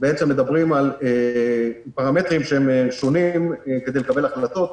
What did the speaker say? מדברים על פרמטרים שונים כדי לקבל החלטות,